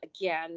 again